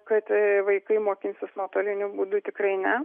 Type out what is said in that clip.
kad vaikai mokinsis nuotoliniu būdu tikrai ne